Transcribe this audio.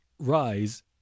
rise